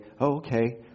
Okay